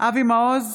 אבי מעוז,